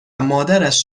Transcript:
مادرش